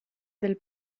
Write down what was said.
del